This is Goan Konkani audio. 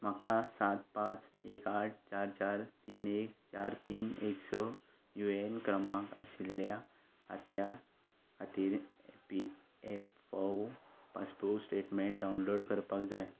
म्हाका सात पांच एक आठ चार चार तीन एक चार तीन एक स युएएन क्रमांक आशिल्ल्या खात्या खातीर ईपीएफओ पासबुक स्टेटमेंट डावनलोड करपाक जाय